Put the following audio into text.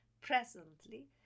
Presently